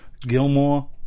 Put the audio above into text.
Gilmore